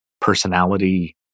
personality